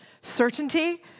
Certainty